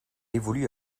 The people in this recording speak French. évolue